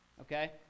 okay